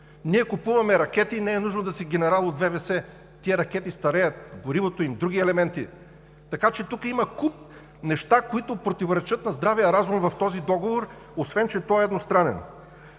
Ние купуваме ракети и не е нужно да си генерал от ВВС, тези ракети стареят – горивото им, други елементи. Така че тук има куп неща, които противоречат на здравия разум в този договор, освен че той е едностранен.